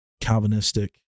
calvinistic